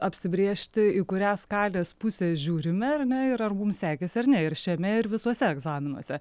apsibrėžti į kurią skalės pusę žiūrime ar ne ir ar mums sekėsi ar ne ir šiame ir visuose egzaminuose